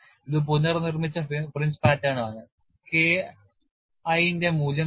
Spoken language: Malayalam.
K I ന്റെ മൂല്യം 0